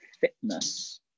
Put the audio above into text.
fitness